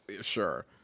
sure